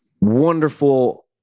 wonderful